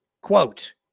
quote